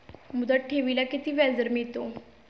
मुदत ठेवीला किती व्याजदर मिळतो?